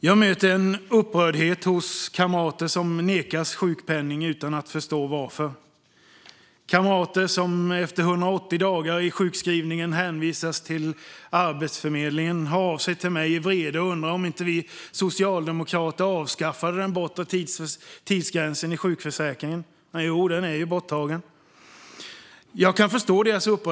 Jag möter en upprördhet hos kamrater som nekas sjukpenning utan att förstå varför. Kamrater som efter 180 dagar i sjukskrivning hänvisas till Arbetsförmedlingen hör av sig till mig i vrede och undrar om inte vi socialdemokrater avskaffade den bortre tidsgränsen i sjukförsäkringen. Och jo, den är borttagen. Jag kan förstå deras upprördhet.